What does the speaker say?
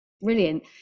brilliant